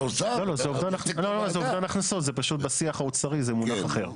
פשוט בשיח האוצרי זה מונח אחר.